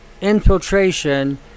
infiltration